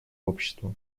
общество